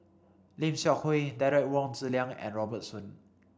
Lim Seok Hui Derek Wong Zi Liang and Robert Soon